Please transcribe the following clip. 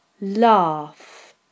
Laugh